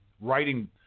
writing